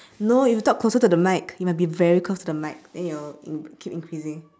no if you talk closer to the mic you must be very close to the mic then it will in keep increasing